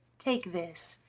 take this,